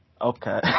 Okay